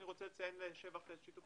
אני רוצה לציין לשבח את שיתוף